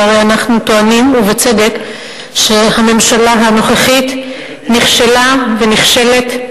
שהרי אנחנו טוענים ובצדק שהממשלה הנוכחית נכשלה ונכשלת,